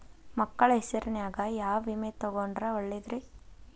ಮಕ್ಕಳ ಹೆಸರಿನ್ಯಾಗ ಯಾವ ವಿಮೆ ತೊಗೊಂಡ್ರ ಒಳ್ಳೆದ್ರಿ?